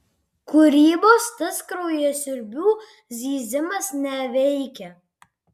kūrybos tas kraujasiurbių zyzimas neveikia